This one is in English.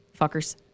fuckers